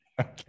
Okay